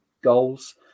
goals